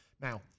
Now